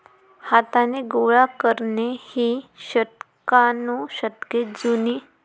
हाताने गोळा करणे ही शतकानुशतके जुनी प्रथा आणि पारंपारिक शिवणकामाचे तंत्र आहे